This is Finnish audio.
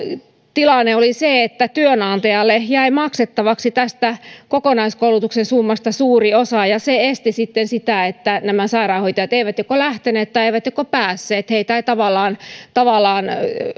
tilanne oli se että työnantajalle jäi maksettavaksi tästä kokonaiskoulutuksen summasta suuri osa ja se aiheutti sitten sitä että nämä sairaanhoitajat joko eivät lähteneet tai eivät päässeet heitä ei tavallaan tavallaan